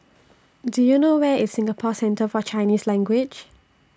Do YOU know Where IS Singapore Centre For Chinese Language